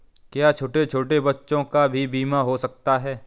क्या छोटे छोटे बच्चों का भी बीमा हो सकता है?